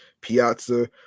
piazza